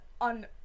on